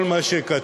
כל מה שכתוב,